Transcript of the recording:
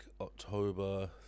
october